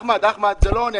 אחמד, אחמד, זה לא אני.